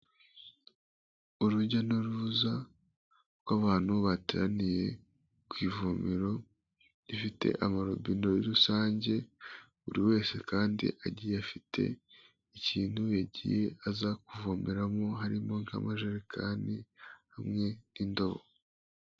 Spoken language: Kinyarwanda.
Urujya n'uruza rw'abantu bateraniye ku ivomero rifite amarobine, rusange buri wese kandi agiye afite ikintu yagiye aza kuvomeramo harimo nk'amajerekani hamwe n'indobo.